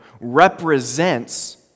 represents